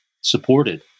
supported